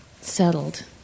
settled